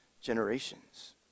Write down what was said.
generations